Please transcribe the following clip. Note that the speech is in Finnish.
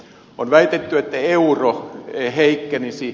on väitetty että euro heikkenisi